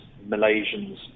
Malaysians